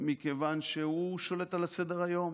מכיוון שהוא שולט על סדר-היום,